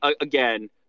again